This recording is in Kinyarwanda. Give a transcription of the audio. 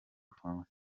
bufaransa